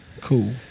Cool